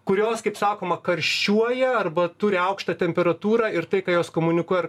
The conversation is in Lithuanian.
kurios kaip sakoma karščiuoja arba turi aukštą temperatūrą ir tai ką jos komunikuoja ir